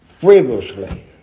frivolously